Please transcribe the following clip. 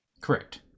Correct